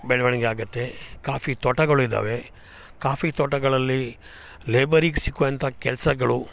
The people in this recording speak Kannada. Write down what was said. ಬೆಳವಣ್ಗೆ ಆಗುತ್ತೆ ಕಾಫಿ ತೋಟಗಳು ಇದ್ದಾವೆ ಕಾಫಿ ತೋಟಗಳಲ್ಲಿ ಲೇಬರಿಗೆ ಸಿಕ್ಕಂಥ ಕೆಲಸಗಳು